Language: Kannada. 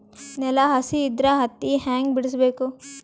ನೆಲ ಹಸಿ ಇದ್ರ ಹತ್ತಿ ಹ್ಯಾಂಗ ಬಿಡಿಸಬೇಕು?